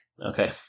Okay